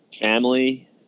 family